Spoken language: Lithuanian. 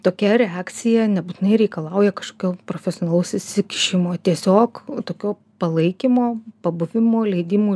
tokia reakcija nebūtinai reikalauja kažkokio profesionalaus įsikišimo tiesiog tokio palaikymo pabuvimų leidimų